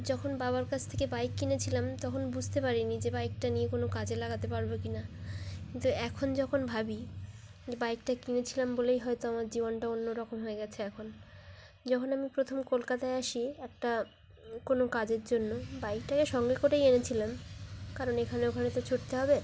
যখন বাবার কাছ থেকে বাইক কিনেছিলাম তখন বুঝতে পারিনি যে বাইকটা নিয়ে কোনো কাজে লাগাতে পারব কি না কিন্তু এখন যখন ভাবি যে বাইকটা কিনেছিলাম বলেই হয়তো আমার জীবনটা অন্য রকম হয়ে গিয়েছে এখন যখন আমি প্রথম কলকাতায় আসি একটা কোনো কাজের জন্য বাইকটাকে সঙ্গে করেই এনেছিলাম কারণ এখানে ওখানে তো ছুটতে হবে